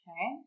Okay